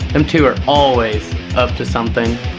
them two are always up to something.